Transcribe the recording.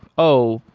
oh!